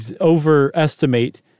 overestimate